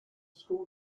school